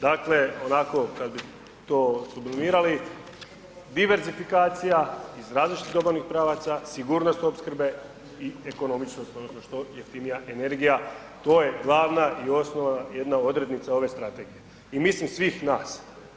Dakle kada bi to onako sublimirali diversifikacija iz različitih dobavnih pravaca, sigurnost opskrbe i ekonomičnost odnosno što jeftinija energija to je glavna i osnovna jedna odrednica ove strategije i mislim svi nas.